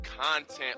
content